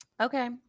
Okay